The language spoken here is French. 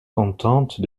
contente